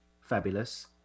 fabulous